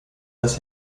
das